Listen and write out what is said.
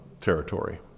territory